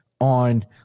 on